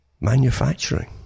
Manufacturing